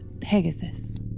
Pegasus